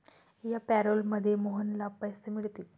या पॅरोलमध्ये मोहनला पैसे मिळतील